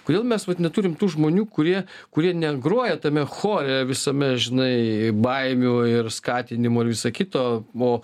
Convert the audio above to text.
kodėl mes neturim tų žmonių kurie kurie negroja tame chore visame žinai baimių ir skatinimo ir visa kito vo